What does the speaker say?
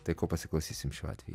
tai ko pasiklausysim šiuo atveju